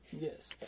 yes